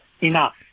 Enough